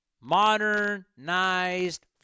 modernized